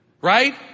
right